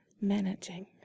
managing